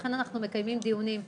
לכן אנחנו מקיימים דיונים.